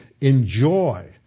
enjoy